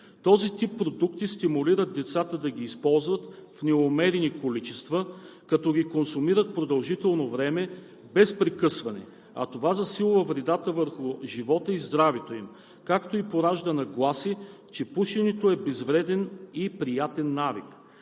Този тип продукти стимулират децата да ги използват в неумерени количества, като ги консумират продължително време без прекъсване, а това засилва вредата върху живота и здравето им, както и пораждат нагласи, че пушенето е безвреден и приятен навик.